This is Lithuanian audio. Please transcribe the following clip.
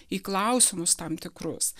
į klausimus tam tikrus